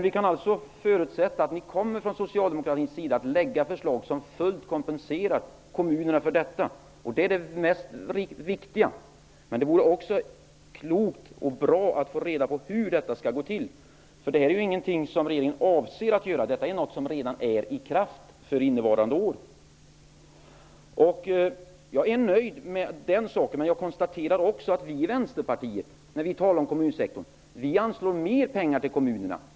Vi kan alltså förutsätta att ni från socialdemokratins sida kommer att lägga fram förslag som fullt ut kompenserar kommunerna. Det är det mest viktiga. Men det vore också klokt och bra att få reda på hur detta skall gå till. Detta är inte något som regeringen avser att göra, utan detta är något som redan har trätt i kraft för innevarande år. Jag är nöjd med denna sak. Men jag konstaterar att vi i Vänsterpartiet i våra förslag om kommunsektorn anslår mer pengar.